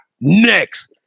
next